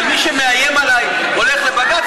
אבל מי שמאיים עליי שהוא הולך לבג"ץ,